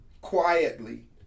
quietly